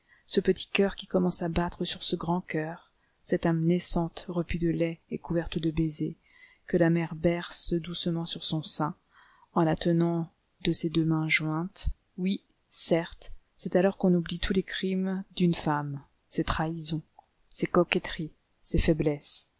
ce petit coeur qui commence à battre sur ce grand coeur cette âme naissante repue de lait et couverte de baisers que la mère berce doucement sur son sein en la tenant de ses deux mains jointes oui certes c'est alors qu'on oublie tous les crimes d'une femme ses trahisons ses coquetteries ses faiblesses